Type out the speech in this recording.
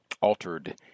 Altered